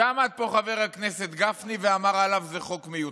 שעמד פה חבר הכנסת גפני ואמר עליו שזה חוק מיותר.